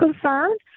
concerned